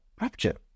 rapture